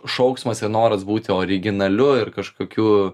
šauksmas ir noras būti originaliu ir kažkokiu